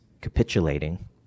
capitulating